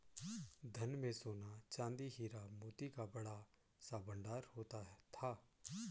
धन में सोना, चांदी, हीरा, मोती का बड़ा सा भंडार होता था